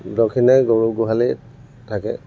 দক্ষিণে গৰু গোহালি থাকে